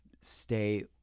stay